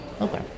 Okay